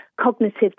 cognitive